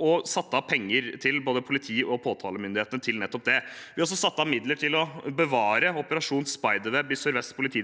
og satt av penger til både politi og påtalemyndigheter til nettopp det. Vi har også satt av midler til å bevare Operasjon Spiderweb i Sør-Vest politidistrikt,